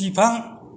बिफां